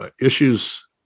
issues –